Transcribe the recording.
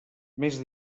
més